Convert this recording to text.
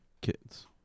kids